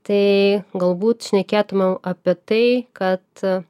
tai galbūt šnekėtumėm apie tai kad